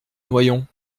noyon